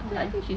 mm